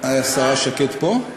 השרה שקד פה?